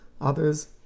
others